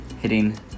Hitting